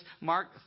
Mark